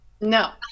no